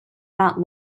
not